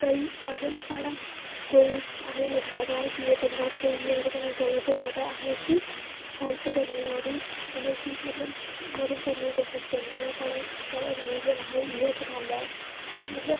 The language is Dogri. अगर साढ़ा कोई अहें लग्गा दा ऐ की एह् बन्दा स्हेई ऐ एह्दे कन्नै गलत होवा दा ऐ अहें उसी हेल्प करनी एह् ओह्दी अहें उसी मतलब मदद करने दी कोशिश करनी ऐ साढ़ा साढ़ा रिलिजन अहें ई इ'यै सखांदा ऐ मतलब